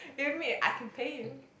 give me I can pay you